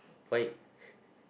why